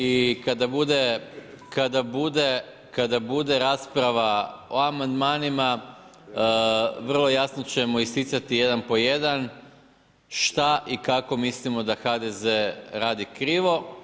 I kada bude rasprava o amandmanima vrlo jasno ćemo isticati jedan po jedan šta i kako mislimo da HDZ radi krivo.